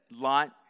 light